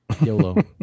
Yolo